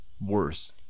worse